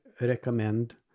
recommend